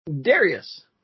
Darius